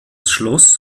schloss